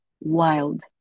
wild